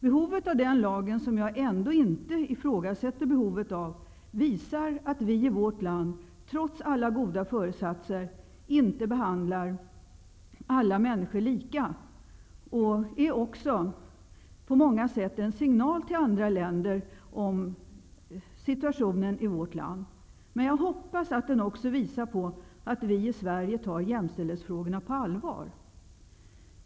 Behovet av den lagen, som jag ändå inte ifrågasätter, visar att vi i vårt land trots alla goda föresatser inte behandlar alla människor lika. Lagen är på många sätt en signal till andra länder om situationen i vårt land. Men jag hoppas att den också visar på att vi i Sverige tar jämställdhetsfrågorna på allvar.